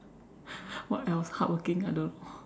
what else hardworking I don't know